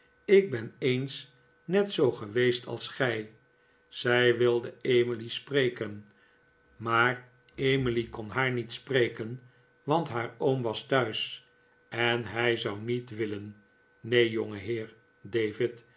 ik ben eens net zoo geweest als gij zij wilde emily spreken maar emily kon haar daar niet spreken want haar oom was thuis en hij zou met willen neen